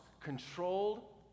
controlled